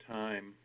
time